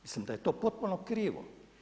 Mislim da je to potpuno krivo.